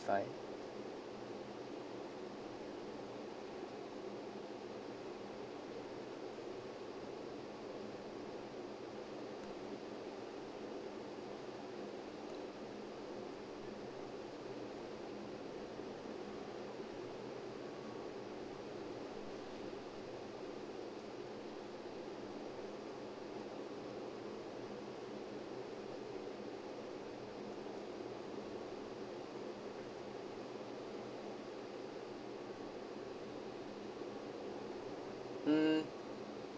five mm